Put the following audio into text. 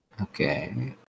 Okay